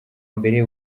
mbere